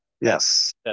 Yes